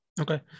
Okay